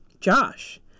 josh